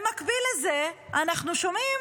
במקביל לזה אנחנו שומעים